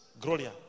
Gloria